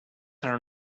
are